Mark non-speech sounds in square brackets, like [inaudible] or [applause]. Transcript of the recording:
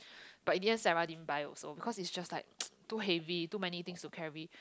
but in the end Sarah didn't buy also because it's just like [noise] too heavy too many things to carry